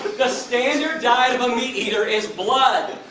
the standard diet of a meat eater is blood,